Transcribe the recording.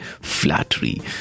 flattery